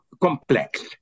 complex